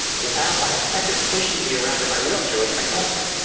to have my attendant pushing me around in my wheelchair with my girlfriend.